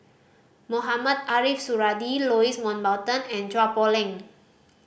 Mohamed Ariff Suradi Louis Mountbatten and Chua Poh Leng